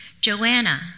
Joanna